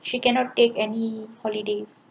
she cannot take any holidays